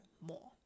more